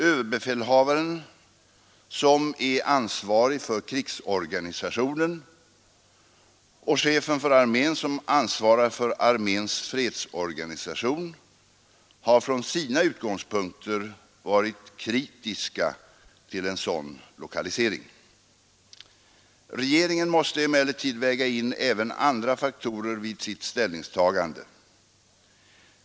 Överbefälhavaren som är ansvarig för krigsorganisationen och chefen för armén som ansvarar för arméns fredsorganisation har från sina utgångspunkter varit kritiska till en sådan lokalisering. Regeringen måste emellertid väga in även andra faktorer vid sitt ställningstagande.